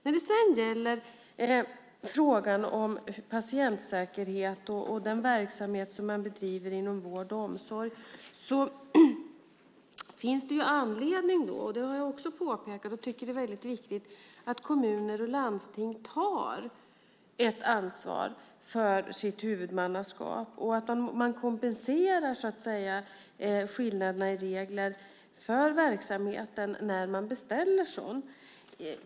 När det gäller frågan om patientsäkerhet och den verksamhet som bedrivs inom vård och omsorg finns det anledning - det har jag påpekat och tycker är viktigt - att kommuner och landsting tar ett ansvar för sitt huvudmannaskap. Man kompenserar skillnader i regler för verksamheten när man beställer sådan.